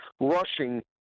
rushing